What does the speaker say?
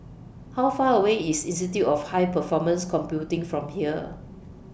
How Far away IS Institute of High Performance Computing from here